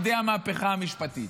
עד כדי המהפכה המשפטית,